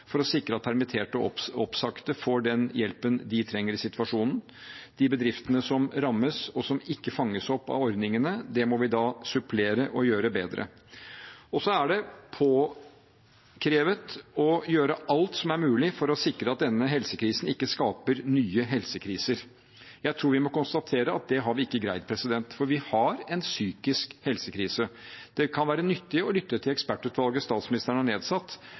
for å sikre at permitterte og oppsagte får den hjelpen de trenger i situasjonen. Når det gjelder de bedriftene som rammes, og som ikke fanges opp av ordningene, må vi supplere og gjøre det bedre for dem. Så er det påkrevet å gjøre alt som er mulig for å sikre at denne helsekrisen ikke skaper nye helsekriser. Jeg tror vi må konstatere at det har vi ikke greid, for vi har en psykisk helsekrise. Det kan være nyttig å lytte til ekspertutvalget statsministeren har nedsatt,